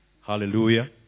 Hallelujah